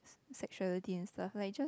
sexuality and stuff like just